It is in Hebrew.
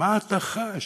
מה אתה חש?